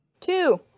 Two